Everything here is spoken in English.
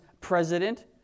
president